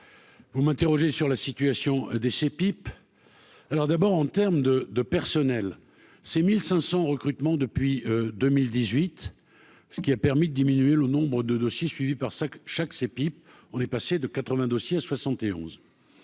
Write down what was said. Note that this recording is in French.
vous m'interrogez sur la situation des ces pipe alors d'abord en terme de de personnel c'est 1500 recrutements depuis 2018, ce qui a permis de diminuer le nombre de dossiers suivis par sacs chaque c'est pipe, on est passé de 80 dossiers 71